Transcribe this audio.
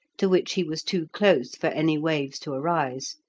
to which he was too close for any waves to arise,